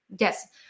Yes